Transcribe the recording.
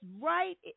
right